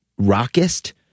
rockist